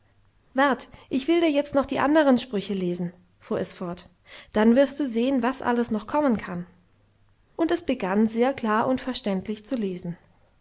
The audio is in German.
wart ich will dir jetzt noch die anderen sprüche lesen fuhr es fort dann wirst du sehen was alles noch kommen kann und es begann sehr klar und verständlich zu lesen